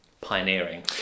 pioneering